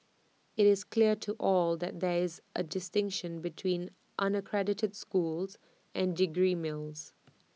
IT is clear to all that there is A distinction between unaccredited schools and degree mills